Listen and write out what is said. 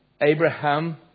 Abraham